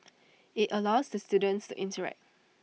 IT allows the students to interact